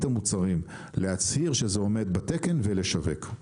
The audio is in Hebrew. המוצרים להצהיר שזה עומד בתקן ולשווק,